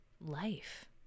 life